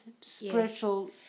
spiritual